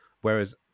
Whereas